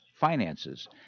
finances